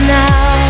now